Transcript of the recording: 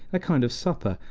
a kind of supper,